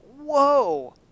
Whoa